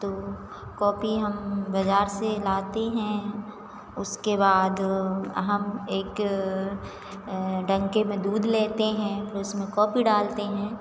तो कॉफ़ी हम बाज़ार से लाते हैं उसके बाद हम एक डन्के में दूध लेते हैं उसमें कॉफ़ी डालते हैं